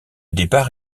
départ